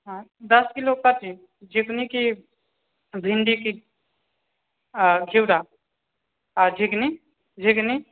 हाँ दश किलो सब चीज जाहिमे कि भिन्डी आओर घिवड़ा आ झिग्नी झिग्नी